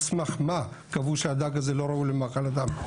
על סמך מה קבעו שהדג הזה לא ראוי למאכל אדם?